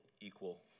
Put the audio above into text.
equal